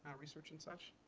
research and such?